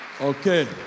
Okay